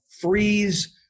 freeze